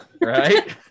right